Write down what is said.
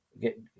Get